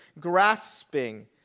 grasping